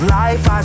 life